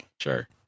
sure